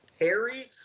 Harry